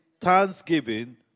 thanksgiving